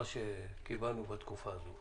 זה מה שקיבלנו בתקופה הזו.